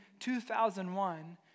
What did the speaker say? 2001